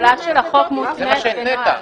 התחולה של החוק מותנית בנוהל.